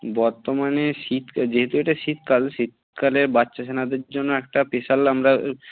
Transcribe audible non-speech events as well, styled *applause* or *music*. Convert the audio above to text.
বর্তমানে শীত যেহেতু এটা শীতকাল শীতকালে বাচ্চা ছানাদের জন্য একটা স্পেশাল আমরা *unintelligible*